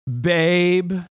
Babe